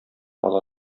ала